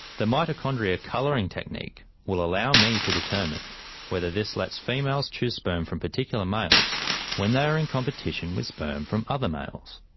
the mitochondria colouring technique will allow me to determine whether this lets females choose sperm from particular males when they're in competition with sperm from other males.